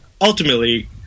ultimately